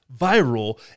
viral